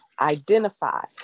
identify